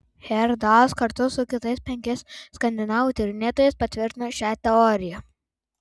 hejerdalas kartu su kitais penkiais skandinavų tyrinėtojais patvirtino šią teoriją